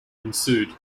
ensued